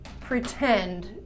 pretend